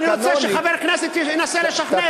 אני רוצה שחבר כנסת ינסה לשכנע.